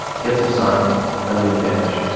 get some sun undo the damage,